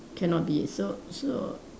cannot be so so